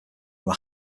from